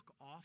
off